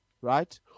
right